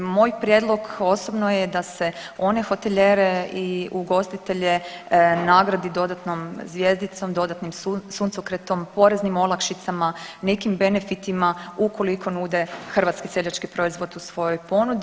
Moj prijedlog osobno je da se one hotelijere i ugostitelje nagradi dodatnom zvjezdicom, dodatnim suncokretom, poreznim olakšicama, nekim benefitima ukoliko nude hrvatski seljački proizvod u svojoj ponudi.